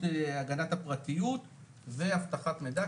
הגנת הפרטיות ואבטחת מידע,